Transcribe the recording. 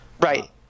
Right